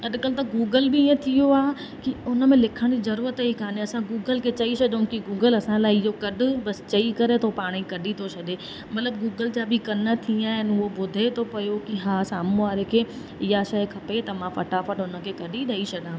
अॼुकल्ह त गूगल बि ईअं थी वियो आहे कि उन में लिखण जी ज़रूरत ई कोन्हे असां गूगल खे चई छॾियूं कि गूगल असां लाइ इहो कढु बस चई करे त उहो पाण ई कढी थो छॾे मतिलबु गूगल जा बि कनि थी विया आहिनि उहो ॿुधे थो पियो कि हा साम्हूं वारे खे ईअं शइ खपे त मां फटाफट उन खे कढी ॾेई छॾां